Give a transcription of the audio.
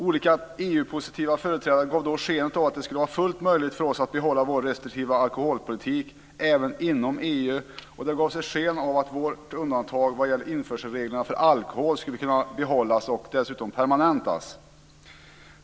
Olika EU-positiva företrädare gav då skenet av att det skulle vara fullt möjligt för oss att behålla vår restriktiva alkoholpolitik även inom EU. Det gavs sken av att vårt undantag vad gäller införselreglerna för alkohol skulle kunna behållas och dessutom permanentas.